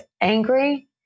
angry